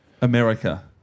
America